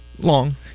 Long